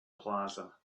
plaza